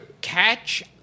Catch